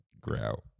grout